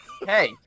Hey